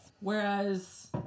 Whereas